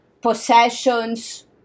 possessions